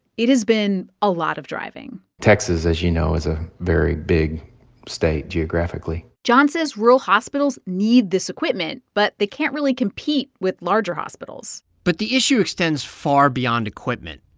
it has been a lot of driving texas, as you know, is a very big state geographically john says rural hospitals need this equipment, but they can't really compete with larger hospitals but the issue extends far beyond equipment.